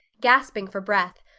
gasping for breath,